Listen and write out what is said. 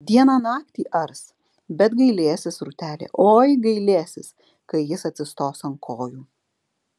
dieną naktį ars bet gailėsis rūtelė oi gailėsis kai jis atsistos ant kojų